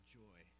joy